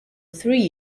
three